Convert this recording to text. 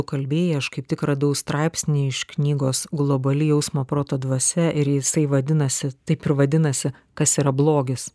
tu kalbėjai aš kaip tik radau straipsnį iš knygos globali jausmo proto dvasia ir jisai vadinasi taip ir vadinasi kas yra blogis